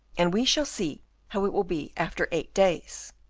and we shall see how it will be after eight days.